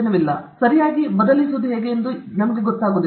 ಇದು ಸರಿಯಾಗಿ ಬದಲಿಸುವುದು ಹೇಗೆ ಎಂದು ಅವರಿಗೆ ಗೊತ್ತಿಲ್ಲ